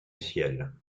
ciel